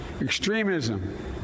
extremism